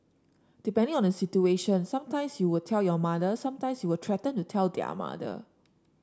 depending on the situation some times you would tell your mother some times you will threaten to tell their mother